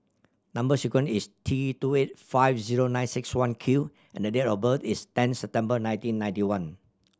number sequence is T two eight five zero nine six one Q and the date of birth is ten September nineteen ninety one